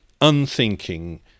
unthinking